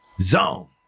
zone